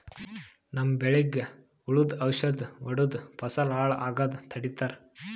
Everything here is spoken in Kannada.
ನಮ್ಮ್ ಬೆಳಿಗ್ ಹುಳುದ್ ಔಷಧ್ ಹೊಡ್ದು ಫಸಲ್ ಹಾಳ್ ಆಗಾದ್ ತಡಿತಾರ್